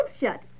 shut